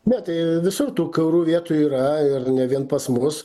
ne tai visur tų kiaurų vietų yra ir ne vien pas mus